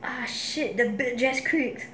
ah shit the bird just creeks